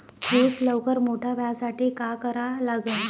ऊस लवकर मोठा व्हासाठी का करा लागन?